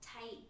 tight